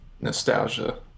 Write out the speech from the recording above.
nostalgia